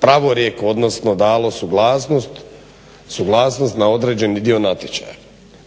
pravorijek, odnosno dalo suglasnost na određeni dio natječaja.